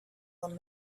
old